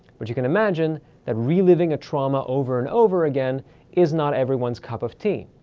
but you can imagine that reliving a trauma over and over again is not everyone's cup of tea.